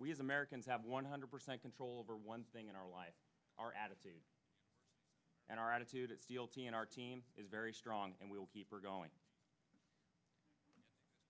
we as americans have one hundred percent control over one thing in our life our attitude and our attitude a deal to our team is very strong and we'll keep are going to